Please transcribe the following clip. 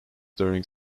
during